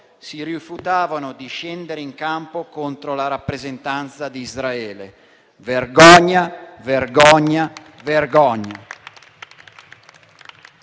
si rifiutavano di scendere in campo contro la rappresentanza di Israele. Vergogna, vergogna, vergogna!